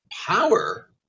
power